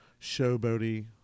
showboaty